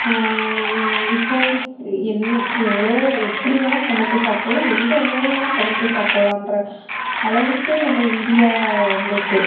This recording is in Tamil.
இ இப்போது என்ன எவ்வளோ எப்படி வேணால் சமைத்து சாப்பிட்லாம் எந்த உணவு வேணால் சமைத்து சாப்பிட்லான்ற அளவுக்கு நம்ம இந்தியா வந்திருக்கு